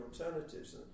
alternatives